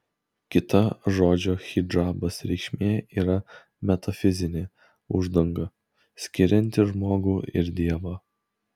kita žodžio hidžabas reikšmė yra metafizinė uždanga skirianti žmogų ir dievą